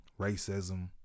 racism